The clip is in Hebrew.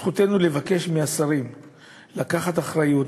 זכותנו לבקש מהשרים לקחת אחריות,